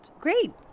Great